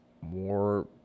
More